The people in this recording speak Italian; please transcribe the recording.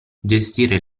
gestire